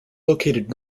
located